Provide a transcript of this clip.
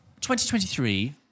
2023